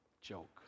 joke